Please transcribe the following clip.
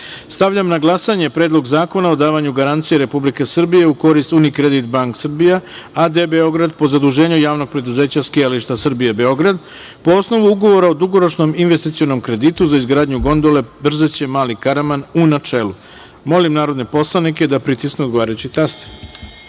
na glasanje Predlog zakona o davanju garancija Republike Srbije u korist „Unicredit bank srbija a.d. Beograd“ po zaduženju Javnog preduzeća „Skijališta Srbije Beograd“ po osnovu Ugovora o dugoročnom investicionom kreditu za izgradnju gondole Brzeće – Mali Karaman, u načelu. Molim narodne poslanike da pritisnu odgovarajući